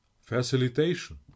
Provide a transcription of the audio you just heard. Facilitation